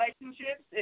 relationships